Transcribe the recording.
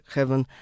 Heaven